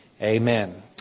amen